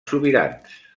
sobirans